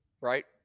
Right